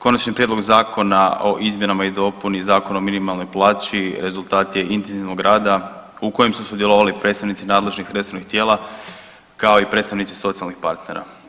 Konačni prijedlog zakona o izmjenama i dopuni Zakona o minimalnoj plaći rezultat je intenzivnog rada u kojem su sudjelovali predstavnici nadležnih resornih tijela, kao i predstavnici socijalnih partnera.